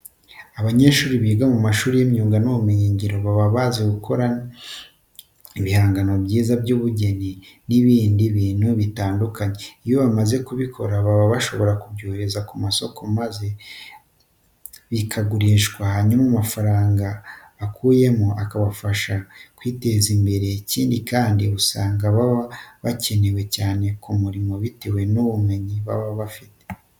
Abanyeshuri biga mu mashuri y'imyuga n'ubumenyingiro baba bazi gukora ibihangano byiza by'ubugeni n'ibindi bintu bitandukanye. Iyo bamaze kubikora baba bashobora kubyohereza ku masoko maze bikagurishwa, hanyuma amafaranga bakuyemo akabafasha kwiteza imbere. Ikindi kandi, usanga baba bakenewe cyane ku murimo bitewe n'ubumenyi baba bafite.